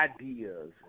ideas